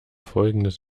folgendes